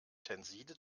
tenside